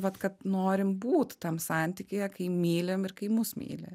vat kad norim būt tam santykyje kai mylim ir kai mus myli